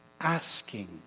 Asking